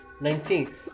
Nineteen